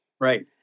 Right